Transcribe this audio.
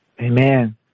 Amen